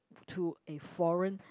to a foreign